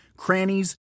crannies